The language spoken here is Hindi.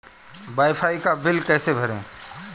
वाई फाई का बिल कैसे भरें?